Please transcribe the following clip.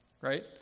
right